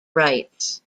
rights